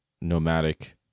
nomadic